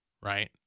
right